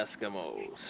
Eskimos